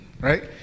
Right